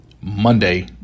Monday